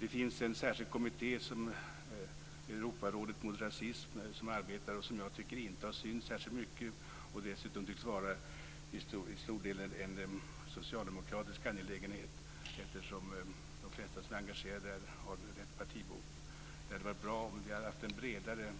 Det finns en särskild kommitté, Europarådet mot rasism, som arbetar med det här men som jag inte tycker har synts särskilt mycket. Dessutom tycks den till stor del vara en socialdemokratisk angelägenhet, eftersom de flesta som är engagerade där har rätt partibok. Det hade varit bra om vi hade haft en bredare